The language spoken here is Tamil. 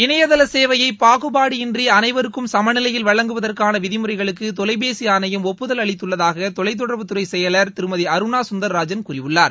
இணையதளசேவையை பாகுபாடின்றி சமநிலையில் வழங்குவதற்கான விதிமுறைகளுக்கு தொலைபேசி ஆணையம் ஒப்புதல் அளித்துள்ளதாக தொலைத்தொடர்புத்துறை செயலர் திருமதி அருணா சுந்தராஜன் கூறியுள்ளார்